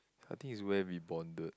I think is where we bonded